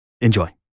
Enjoy